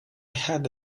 had